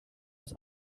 aus